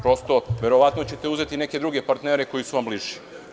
Prosto, verovatno ćete uzeti neke druge partnere koji su vam bliži.